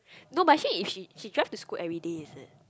no but actually if she she drives to school everyday is it